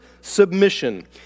submission